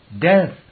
death